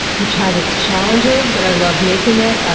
which has its challenges but i love making it.